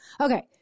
Okay